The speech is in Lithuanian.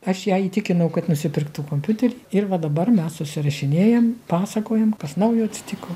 aš ją įtikinau kad nusipirktų kompiuterį ir va dabar mes susirašinėjam pasakojam kas naujo atsitiko